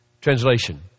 Translation